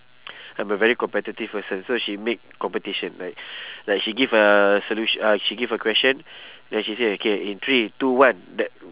I'm a very competitive person so she make competition like like she give a solution uh she give a question then she say okay in three two one th~